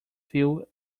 feel